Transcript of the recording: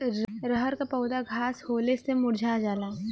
रहर क पौधा घास होले से मूरझा जाला